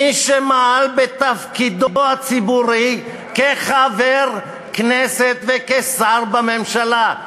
מי שמעל בתפקידו הציבורי כחבר כנסת וכשר בממשלה,